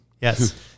Yes